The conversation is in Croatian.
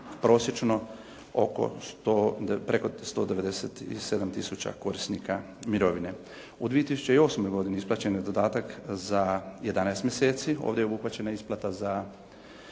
prosječno preko 197 tisuća korisnika mirovine. U 2008. godini isplaćen je dodatak za 11 mjeseci, ovdje je obuhvaćena isplata za